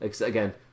again